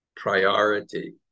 Priority